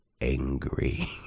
angry